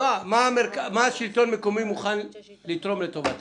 מה השלטון המקומי מוכן לתרום לטובת